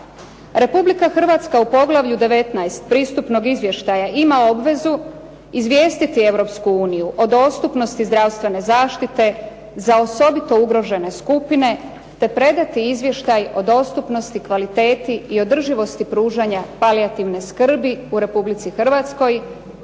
Republika Hrvatska u poglavlju 19. pristupnog izvještaja ima obvezu izvijestiti Europsku uniju o dostupnosti zdravstvene zaštite za osobito ugrožene skupine, te predati izvještaj o dostupnosti, kvaliteti i održivosti pružanja palijativne skrbi u Republici Hrvatskoj